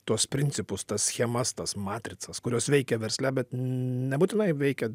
tuos principus tas schemas tas matricas kurios veikia versle bet nebūtinai veikia